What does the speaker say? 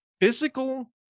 Physical